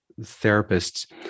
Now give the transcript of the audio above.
therapists